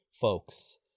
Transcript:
folks